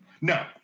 No